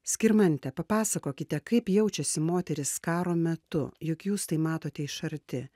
skirmante papasakokite kaip jaučiasi moterys karo metu juk jūs tai matote iš arti